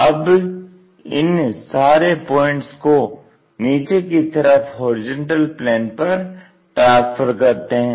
अब इन सारे पॉइंट्स को नीचे की तरफ होरिजेंटल प्लेन पर ट्रांसफर करते हैं